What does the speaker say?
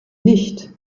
nicht